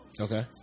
Okay